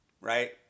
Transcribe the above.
right